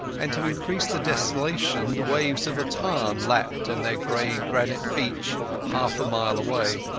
and to increase the desolation the waves of a tarn lapped on their grey granite beach half a mile away.